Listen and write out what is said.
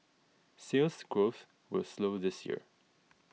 Sales Growth will slow this year